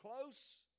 close